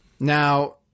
Now